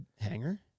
hanger